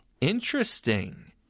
Interesting